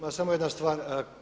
Pa samo jedna stvar.